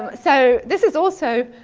um so, this is also